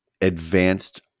advanced